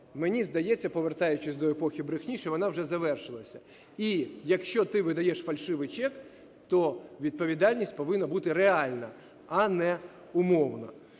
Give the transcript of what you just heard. мені здається, повертаючись до епохи брехні, що вона вже завершилась. І, якщо ти видаєш фальшивий чек, то відповідальність повинна бути реальна, а не умовна.